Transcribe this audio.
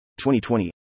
2020